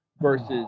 versus